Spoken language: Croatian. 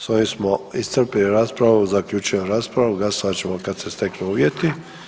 S ovim smo iscrpili raspravu, zaključujem raspravu, glasovat ćemo kad se steknu uvjeti.